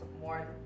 more